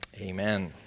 amen